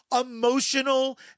emotional